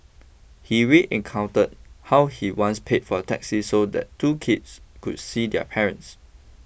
he re encountered how he once paid for a taxi so that two kids could see their parents